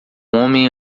homem